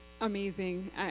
amazing